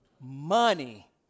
Money